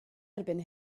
erbyn